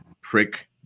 prick